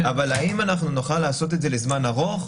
אבל האם נוכל לעשות את זה לזמן ארוך?